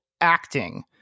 acting